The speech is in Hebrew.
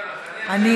שומרת על איפוק.